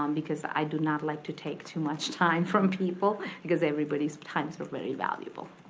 um because i do not like to take too much time from people, because everybody's times are very valuable.